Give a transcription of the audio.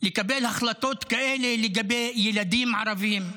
לקבל החלטות כאלה לגבי ילדים ערבים,